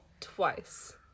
twice